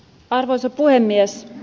arvoisa puhemies